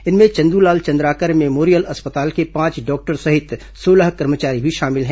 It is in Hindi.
इनमें चंदूलाल चंद्राकर मेमोरियल अस्पताल के पांच डॉक्टर सहित सोलह कर्मचारी भी शामिल हैं